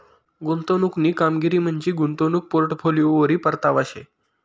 गुंतवणूकनी कामगिरी म्हंजी गुंतवणूक पोर्टफोलिओवरी परतावा शे